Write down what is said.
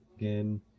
again